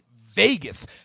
Vegas